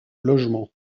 logement